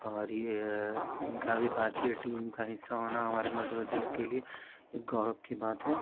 और यह इनका भी भारतीय टीम का हिस्सा होना हमारे मध्य प्रदेश के लिए गौरव की बात है